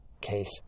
case